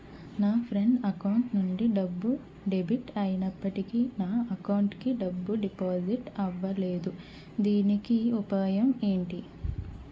నా friend account నుండి డబ్బు డెబిట్ అయినప్పటికీ నా అకౌంట్ కి డబ్బు డిపాజిట్ అవ్వలేదుదీనికి ఉపాయం ఎంటి?